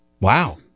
Wow